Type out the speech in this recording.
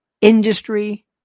industry